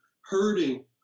hurting